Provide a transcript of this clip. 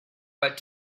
but